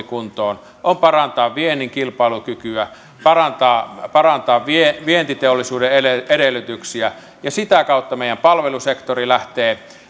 kuntoon on parantaa viennin kilpailukykyä parantaa parantaa vientiteollisuuden edellytyksiä ja sitä kautta meidän palvelusektorimme lähtee